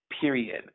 period